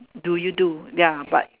do you do ya but